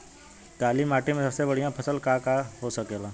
काली माटी में सबसे बढ़िया फसल का का हो सकेला?